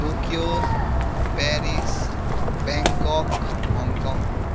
Tokyo Paris Bangkok Hong Kong